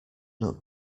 not